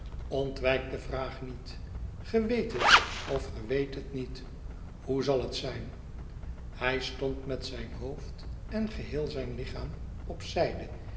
ontwijk de vraag niet ge weet het of ge weet het niet hoe zai het zijn hij stond met zijn hootd en geheel zijn lichaam op zyde